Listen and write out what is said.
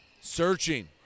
Searching